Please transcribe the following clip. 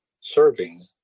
serving